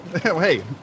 hey